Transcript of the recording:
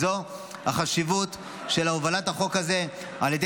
זו החשיבות של הובלת החוק הזה על ידי